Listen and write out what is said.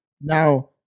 Now